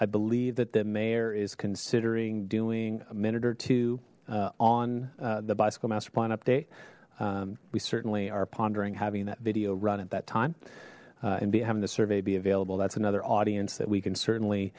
i believe that the mayor is considering doing a minute or two on the bicycle master plan update we certainly are pondering having that video run at that time and be having the survey be available that's another audience that we can certainly